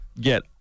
get